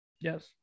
Yes